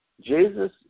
Jesus